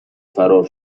فرار